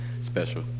special